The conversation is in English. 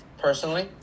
personally